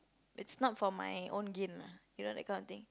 it's not for my own gain lah you know that kind of thing